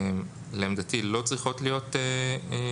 שלעמדתי לא צריכות להיות בנוסח.